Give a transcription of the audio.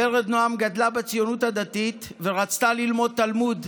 ורד נעם גדלה בציונות הדתית ורצתה ללמוד תלמוד,